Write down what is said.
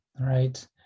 right